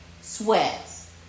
Sweats